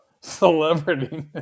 celebrity